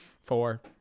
four